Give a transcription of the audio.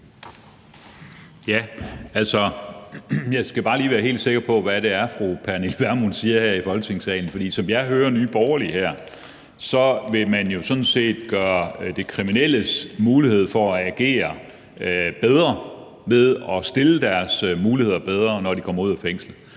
Jeg skal bare lige være helt sikker på, hvad det er, fru Pernille Vermund siger her i Folketingssalen. Som jeg hører Nye Borgerlige, vil man sådan set gøre de kriminelles mulighed for at agere bedre ved at stille dem bedre, når de kommer ud af fængslet.